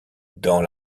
dans